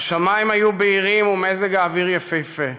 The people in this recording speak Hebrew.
השמיים היו בהירים ומזג האוויר יפהפה.